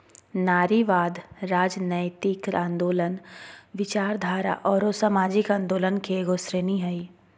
नारीवाद, राजनयतिक आन्दोलनों, विचारधारा औरो सामाजिक आंदोलन के एगो श्रेणी हइ